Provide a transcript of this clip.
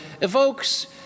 evokes